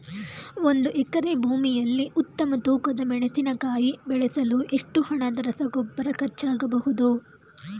ಒಂದು ಎಕರೆ ಭೂಮಿಯಲ್ಲಿ ಉತ್ತಮ ತೂಕದ ಮೆಣಸಿನಕಾಯಿ ಬೆಳೆಸಲು ಎಷ್ಟು ಹಣದ ರಸಗೊಬ್ಬರ ಖರ್ಚಾಗಬಹುದು?